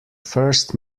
first